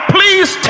Please